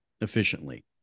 efficiently